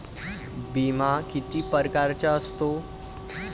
बिमा किती परकारचा असतो?